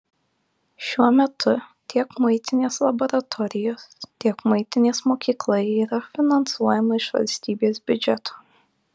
šiuo metu tiek muitinės laboratorijos tiek muitinės mokykla yra finansuojama iš valstybės biudžeto